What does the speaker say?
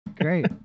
Great